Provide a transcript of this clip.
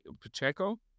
Pacheco